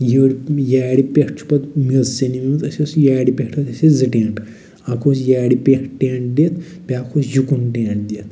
یٔڑ یارِ پٮ۪ٹھ چھُ پَتہٕ میٚژ سیٚنیمٕژ اَسہِ ٲسۍ یارِ پٮ۪ٹھ اَسہِ ٲسۍ زٕ ٹیٚنٛٹ اکھ اوس یارِ پٮ۪ٹھ ٹیٚنٛٹ دِتھ بیٛاکھ اوس یِکُن ٹیٚنٛٹ دِتھ